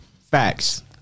Facts